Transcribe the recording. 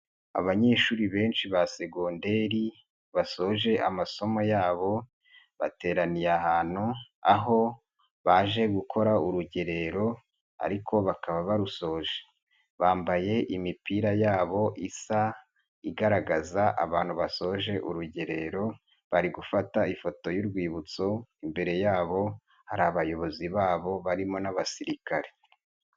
Abanyeshuri benshi ba segonderi basoje amasomo yabo, bateraniye ahantu aho baje gukora urugerero ariko bakaba barusoje, bambaye imipira yabo isa igaragaza abantu basoje urugerero, bari gufata ifoto y'urwibutso, imbere yabo hari abayobozi babo barimo n'abasirikare.